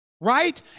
right